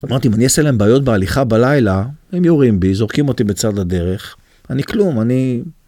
אמרתי, אם אני אעשה להם בעיות בהליכה בלילה, הם יורים בי, זורקים אותי בצד הדרך. אני כלום, אני...